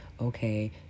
Okay